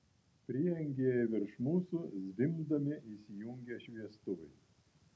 prieangyje virš mūsų zvimbdami įsijungė šviestuvai